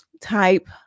type